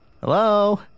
Hello